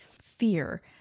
fear